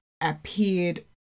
appeared